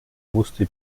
musste